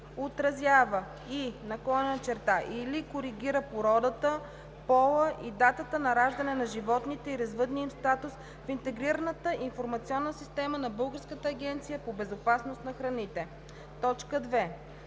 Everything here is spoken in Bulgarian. отразява и/или коригира породата, пола и датата на раждане на животните и развъдния им статус в Интегрираната информационна система на Българската агенция по безопасност на храните;“. 2.